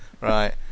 Right